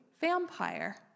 vampire